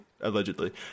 Allegedly